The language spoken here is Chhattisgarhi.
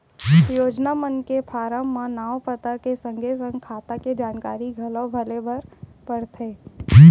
योजना मन के फारम म नांव, पता के संगे संग खाता के जानकारी घलौ भरे बर परथे